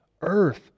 earth